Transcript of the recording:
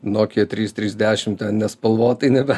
nokia trys trys dešim ten nespalvotai nebe